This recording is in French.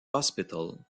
hospital